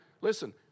Listen